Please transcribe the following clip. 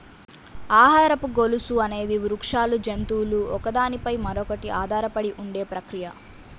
ఆహారపు గొలుసు అనేది వృక్షాలు, జంతువులు ఒకదాని పై మరొకటి ఆధారపడి ఉండే ప్రక్రియ